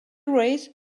race